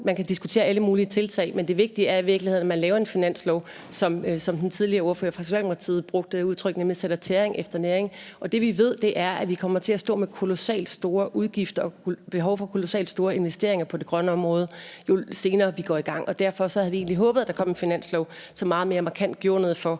Man kan diskutere alle mulige tiltag, men det vigtige er i virkeligheden, at man laver en finanslov, hvor man med det udtryk, den tidligere ordfører fra Socialdemokratiet brugte, sætter tæring efter næring. Det, vi ved, er, at vi kommer til at stå med kolossalt store udgifter og behov for kolossalt store investeringer på det grønne område jo senere, vi går i gang. Og derfor havde vi egentlig håbet, at der kom en finanslov, som meget mere markant gjorde noget for